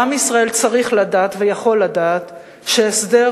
ועם ישראל צריך לדעת ויכול לדעת שהסדר